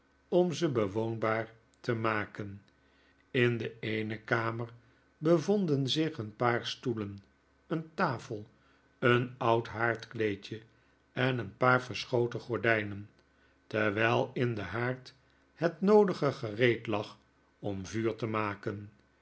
om ze bewoonbaar te maken in de eene kamer bevonden zich een paar stoelen een tafel een oud haardkleedje en een paar yerschoten gordijnen terwijl in den haard het noodige gereed lag om vuur te maken